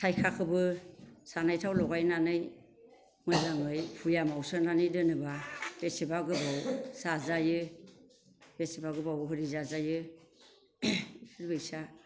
थाइखाखोबो जानाय थाव लगायनानै मोजाङै बयामाव सोनानै दोनोब्ला बेसेबा गोबाव जाजायो बेसेबा गोबाव खरि जाजायो बिबायसा